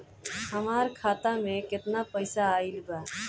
हमार खाता मे केतना पईसा आइल बा?